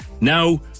Now